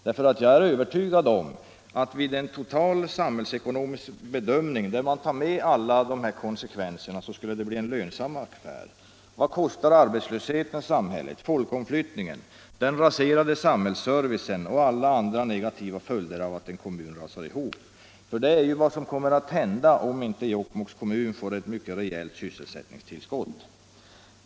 Jag är nämligen övertygad om att vid en total samhällsekonomisk bedömning, där man tar med alla dessa konsekvenser, skulle det visa sig bli en lönsam affär. Vad kostar arbetslösheten samhället? Vad kostar folkomflyttningen, den raserade samhällsservicen och alla andra negativa följder av att en kommun rasar ihop? För det är ju vad som kommer att hända om inte Jokkmokks kommun får ett mycket rejält sysselsättningstillskott.